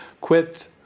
quit